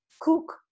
cook